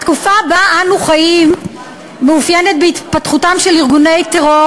התקופה שבה אנו חיים מתאפיינת בהתפתחותם של ארגוני טרור